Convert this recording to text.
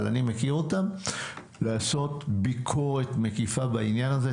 אבל אני מבקש מהם לעשות ביקורת מקיפה בעניין הזה.